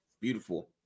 beautiful